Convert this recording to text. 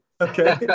Okay